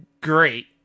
Great